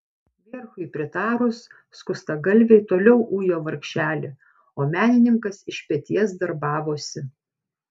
vierchui pritarus skustagalviai toliau ujo vargšelį o menininkas iš peties darbavosi